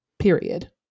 Period